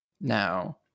Now